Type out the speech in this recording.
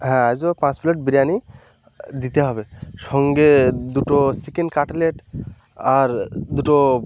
হ্যাঁ আজও পাঁচ প্লেট বিরিয়ানি দিতে হবে সঙ্গে দুটো চিকেন কাটলেট আর দুটো